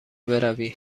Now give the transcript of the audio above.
بروی